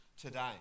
today